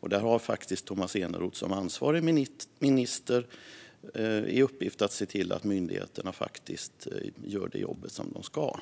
Och där har faktiskt Tomas Eneroth som ansvarig minister i uppgift att se till att myndigheterna gör det jobb som de ska.